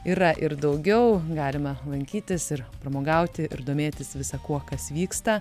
yra ir daugiau galime lankytis ir pramogauti ir domėtis visa kuo kas vyksta